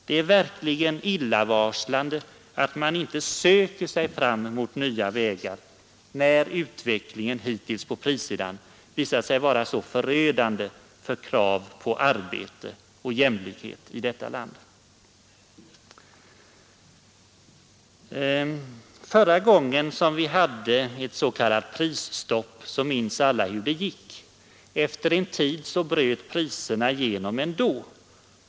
Det är verkligen illavarslande att man inte ens söker sig fram mot nya vägar, när utvecklingen hittills på prissidan visat sig vara så förödande för krav på arbete och jämlikhet i detta land. Fru talman! Förra gången vi hade s.k. prisstopp minns alla hur det gick. Efter en tid bröt prishöjningarna igenom ändå.